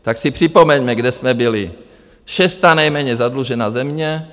Tak si připomeňme, kde jsme byli: šestá nejméně zadlužená země.